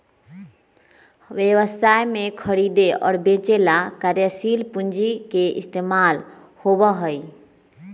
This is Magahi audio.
व्यवसाय में खरीदे और बेंचे ला कार्यशील पूंजी के इस्तेमाल होबा हई